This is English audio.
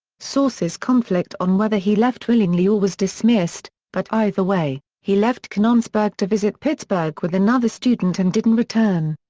sources conflict on whether he left willingly or was dismissed, but, either way, he left canonsburg to visit pittsburgh with another student and didn't return.